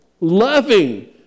loving